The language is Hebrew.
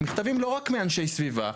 מכתבים לא רק מאנשי סביבה.